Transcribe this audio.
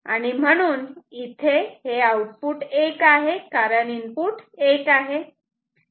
आणि म्हणून इथे आउटपुट 1 आहे कारण इनपुट 1 आहे